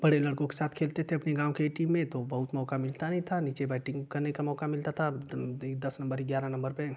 बड़े लड़कों के साथ खेलते थे अपने गाँव के टीम में तो बहुत मौका मिलता नहीं था नीचे बैटिंग करने का मौका मिलता था दस नम्बर ग्यारह नम्बर पर